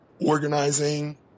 organizing